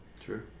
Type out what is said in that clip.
True